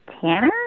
Tanner